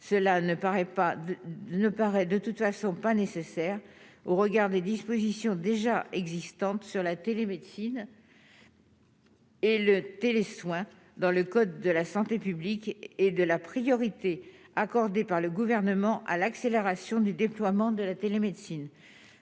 pas ne paraît de toute façon pas nécessaire au regard des dispositions déjà existantes sur la télémédecine. Et le thé soins dans le code de la santé publique et de la priorité accordée par le gouvernement à l'accélération du déploiement de la télémédecine